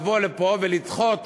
לבוא לפה ולדחות